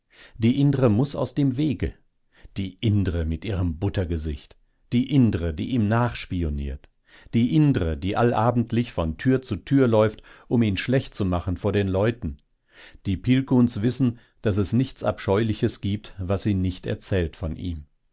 die indre muß aus dem wege die indre mit ihrem buttergesicht die indre die ihm nachspioniert die indre die allabendlich von tür zu tür läuft um ihn schlecht zu machen vor den leuten die pilkuhns wissen daß es nichts abscheuliches gibt was sie nicht erzählt von ihm